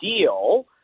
deal